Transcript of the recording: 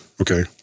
okay